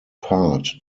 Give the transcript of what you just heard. part